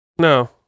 No